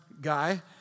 guy